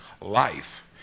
life